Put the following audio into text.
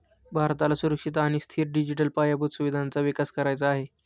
भारताला सुरक्षित आणि स्थिर डिजिटल पायाभूत सुविधांचा विकास करायचा आहे